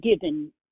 given